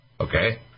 Okay